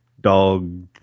dog